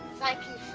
thank you,